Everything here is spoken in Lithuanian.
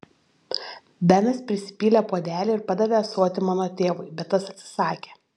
benas prisipylė puodelį ir padavė ąsotį mano tėvui bet tas atsisakė